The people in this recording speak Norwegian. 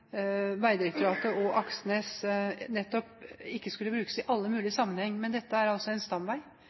Vegdirektoratet og Aksnes nettopp ikke skal brukes i alle mulige sammenhenger, men dette er altså en stamvei,